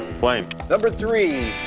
flame. number three.